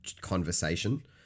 conversation